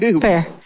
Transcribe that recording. fair